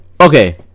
Okay